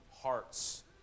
hearts